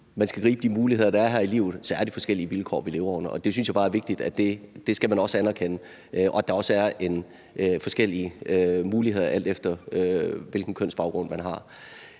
man skal gribe de muligheder, der er her i livet, er det forskellige vilkår, vi lever under. Og jeg synes bare, det er vigtigt, at man også erkender det, og at der også er forskellige muligheder, alt efter hvilken kønsbaggrund man har.